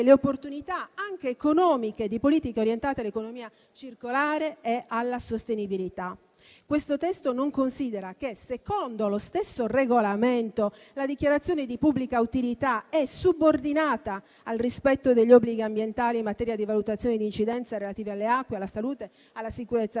le opportunità, anche economiche, di politiche orientate all'economia circolare e alla sostenibilità. Questo testo non considera che, secondo lo stesso Regolamento, la dichiarazione di pubblica utilità è subordinata al rispetto degli obblighi ambientali in materia di valutazione di incidenza relativi alle acque, alla salute, alla sicurezza